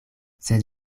sed